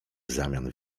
zamian